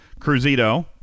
Cruzito